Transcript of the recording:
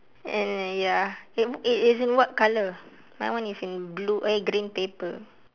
and ya it it is what color my one is in blue eh green paper